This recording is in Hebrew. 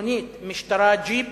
מכונית משטרה, ג'יפ